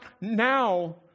now